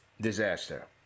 Disaster